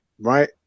right